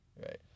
Right